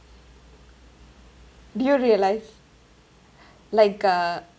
do you realise like uh